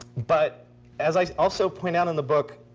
but as i also point out in the book,